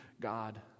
God